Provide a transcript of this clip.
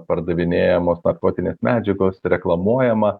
pardavinėjamos narkotinės medžiagos reklamuojama